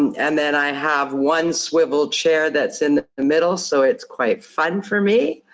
and then i have one swivel chair that's in the middle, so it's quite fun for me.